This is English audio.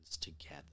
together